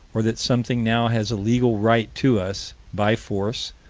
or that something now has a legal right to us, by force,